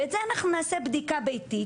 ואת זה אנחנו נעשה בדיקה ביתית,